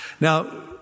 Now